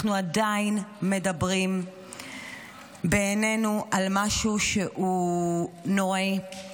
אנחנו עדיין מדברים בעינינו על משהו שהוא נוראי.